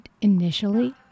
initially